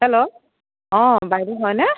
hello অ' বাইদেউ হয়নে